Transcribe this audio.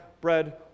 bread